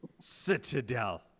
Citadel